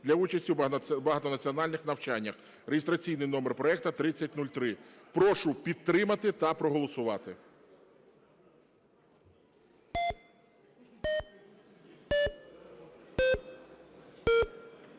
для участі у багатонаціональних навчаннях (реєстраційний номер проекту 3003). Прошу підтримати та проголосувати.